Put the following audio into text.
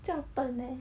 这样笨 meh